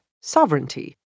sovereignty